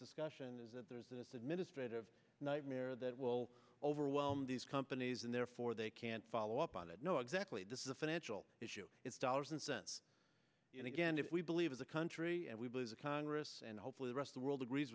discussion is that there's this administrative nightmare that will overwhelm these companies and therefore they can't follow up on it know exactly this is a financial issue it's dollars and cents and again if we believe as a country and we believe the congress and hopefully the rest the world agrees